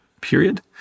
period